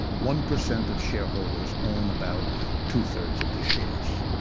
one percent of shareholders own about two three of the shares.